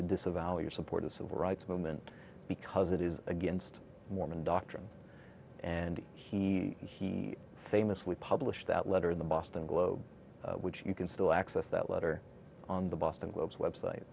to disavow your support of civil rights movement because it is against mormon doctrine and he he famously published that letter in the boston globe which you can still access that letter on the boston globe's website